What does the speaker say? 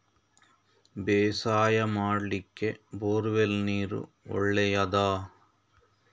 ಬೇಸಾಯ ಮಾಡ್ಲಿಕ್ಕೆ bore well ನೀರು ಒಳ್ಳೆಯದಾ?